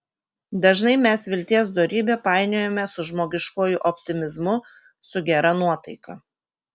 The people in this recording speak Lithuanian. dažnai mes vilties dorybę painiojame su žmogiškuoju optimizmu su gera nuotaika